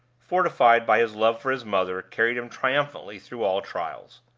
fortified by his love for his mother, carried him triumphantly through all trials.